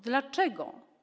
Dlaczego?